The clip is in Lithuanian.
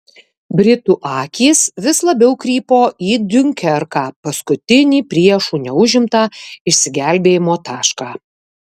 britų akys vis labiau krypo į diunkerką paskutinį priešų neužimtą išsigelbėjimo tašką